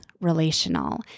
relational